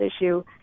issue